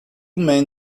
main